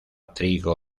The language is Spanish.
trigo